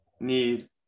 need